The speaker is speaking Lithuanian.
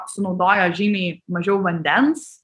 sunaudoja žymiai mažiau vandens